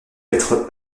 lettre